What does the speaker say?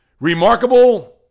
Remarkable